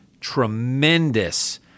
tremendous